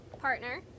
Partner